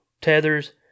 tethers